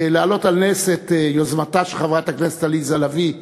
להעלות על נס את יוזמתה של חברת הכנסת עליזה לביא,